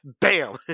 bam